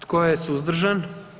Tko je suzdržan?